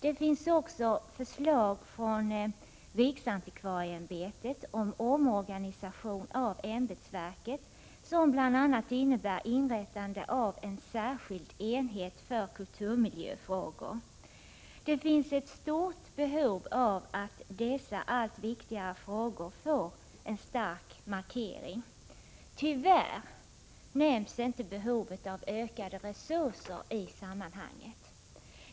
Det föreligger också förslag från riksantikvarieämbetet om omorganisation av ämbetsverket, vilket bl.a. innebär inrättande av en särskild enhet för kulturmiljöfrågor. Det finns ett stort behov av att dessa allt viktigare frågor får en stark markering. Tyvärr nämns inte behovet av ökade resurser i sammanhanget.